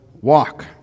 walk